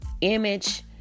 image